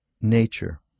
nature